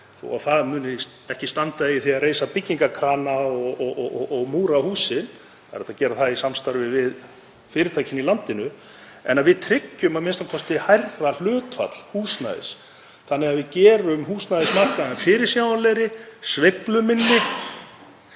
að það muni ekki standa í því að reisa byggingarkrana og múra hús, það er hægt að gera það í samstarfi við fyrirtækin í landinu, en að við tryggjum a.m.k. hærra hlutfall húsnæðis þannig að við gerum húsnæðismarkaðinn fyrirsjáanlegri, sveifluminni